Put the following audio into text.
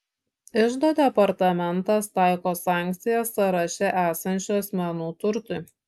iždo departamentas taiko sankcijas sąraše esančių asmenų turtui